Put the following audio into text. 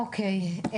אוקי.